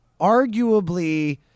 arguably